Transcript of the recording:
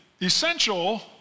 essential